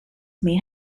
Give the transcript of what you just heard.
may